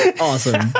Awesome